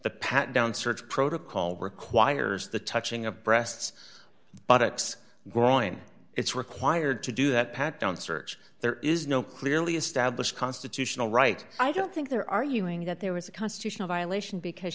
the pat down search protocol requires the touching of breasts buttocks growing it's required to do that pat down search there is no clearly established constitutional right i don't think there are you saying that there was a constitutional violation because